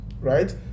right